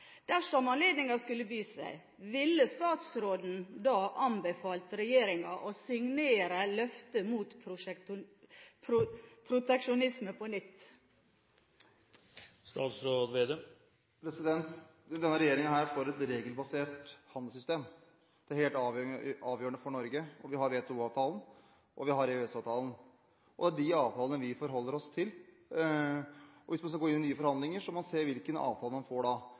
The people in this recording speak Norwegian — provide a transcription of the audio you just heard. Dersom anledningen skulle by seg, ville statsråden anbefalt regjeringen å signere løftet mot proteksjonisme på nytt? Denne regjeringen er for et regelbasert handelssystem. Det er helt avgjørende for Norge. Vi har WTO-avtalen, og vi har EØS-avtalen, og det er de avtalene vi forholder oss til. Hvis man skal gå inn i nye forhandlinger, må man se på hvilke avtaler man får da.